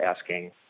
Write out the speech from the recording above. asking